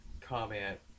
comment